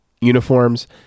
uniforms